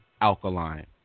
alkaline